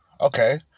Okay